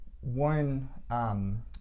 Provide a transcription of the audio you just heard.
one